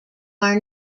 are